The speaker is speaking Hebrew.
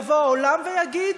יבוא העולם ויגיד: